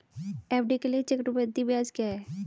FD के लिए चक्रवृद्धि ब्याज क्या है?